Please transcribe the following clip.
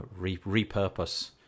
repurpose